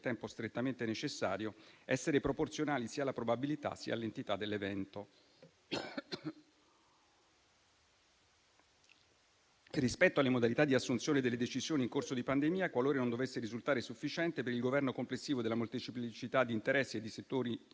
tempo strettamente necessario, essere proporzionali sia alla probabilità sia all'entità dell'evento. Rispetto alle modalità di assunzione delle decisioni in corso di pandemia, qualora non dovesse risultare sufficiente per il governo complessivo della molteplicità di interessi e di settori